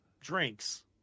drinks